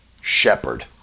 shepherd